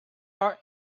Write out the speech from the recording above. our